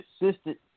assistant